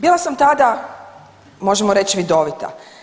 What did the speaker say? Bila sam tada, možemo reći, vidovita.